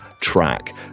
track